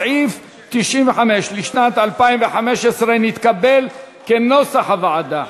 סעיף 95 לשנת 2015 נתקבל, כנוסח הוועדה.